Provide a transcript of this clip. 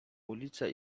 ulice